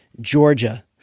Georgia